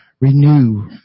renew